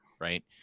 right